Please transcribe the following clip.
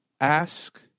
Ask